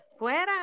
Fuera